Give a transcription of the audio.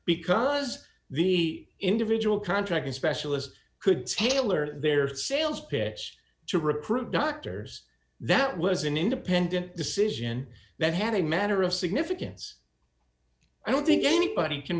because the individual contract a specialist could tailor their sales pitch to recruit doctors that was an independent decision that had a matter of significance i don't think anybody can